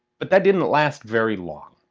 but that didn't last very long.